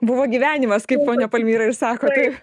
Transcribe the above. buvo gyvenimas kaip ponia palmyra ir sako taip